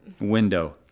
window